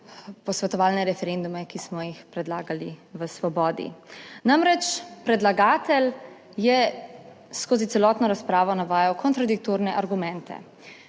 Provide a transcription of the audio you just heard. posvetovalne referendume, ki smo jih predlagali v svobodi, namreč predlagatelj je skozi celotno razpravo navajal kontradiktorne argumente,